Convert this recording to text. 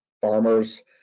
farmer's